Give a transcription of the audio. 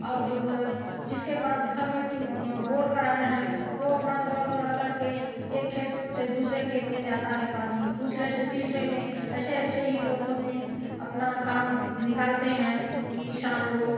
और जो है जिसके पास घर में ट्यू बोर कराएँ हैं वो अपना थोड़ा थोड़ा करके एक खेत से दूसरे खेत में जाता हैं पानी दूसरे से तीसरे में ऐसे ऐसे ही लोगों ने अपना काम निकालते हैं किसान लोग